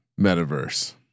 metaverse